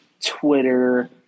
Twitter